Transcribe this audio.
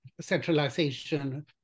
centralization